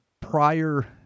prior